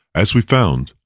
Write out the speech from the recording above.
as we found,